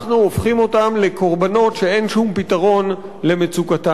אנחנו הופכים אותם לקורבנות שאין שום פתרון למצוקתם.